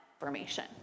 information